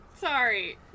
Sorry